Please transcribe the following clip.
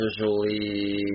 visually